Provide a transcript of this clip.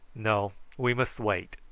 no we must wait.